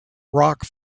rock